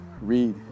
read